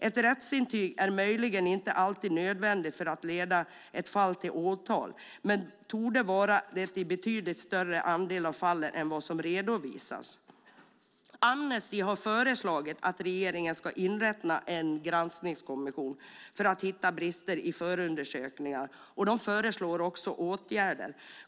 Ett rättsintyg är möjligen inte alltid nödvändigt för att leda ett fall till åtal men torde vara det i en betydligt större andel av fallen än vad som redovisas. Amnesty har föreslagit att regeringen ska inrätta en granskningskommission för att hitta brister i förundersökningar och de föreslår också åtgärder.